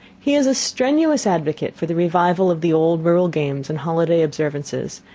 he is a strenuous advocate for the revival of the old rural games and holiday observances,